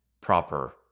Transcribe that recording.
proper